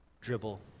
dribble